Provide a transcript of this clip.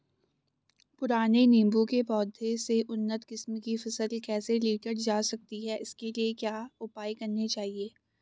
पुराने नीबूं के पौधें से उन्नत किस्म की फसल कैसे लीटर जा सकती है इसके लिए क्या उपाय करने चाहिए?